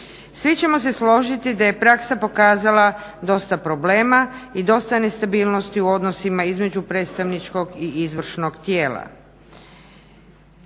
Svi ćemo se složiti da je praksa pokazala dosta problema i dosta nestabilnosti u odnosima između predstavničkog i izvršnog tijela.